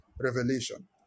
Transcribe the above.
Revelation